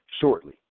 shortly